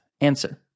Answer